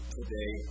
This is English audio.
today